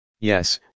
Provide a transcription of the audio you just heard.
Yes